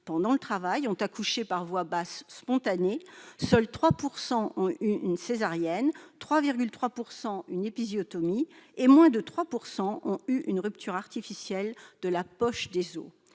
pendant le travail ont accouché par voie basse spontanée ; seules 3 % d'entre elles ont eu une césarienne, 3,3 % une épisiotomie, et moins de 3 % une rupture artificielle de la poche des